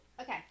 Okay